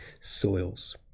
soils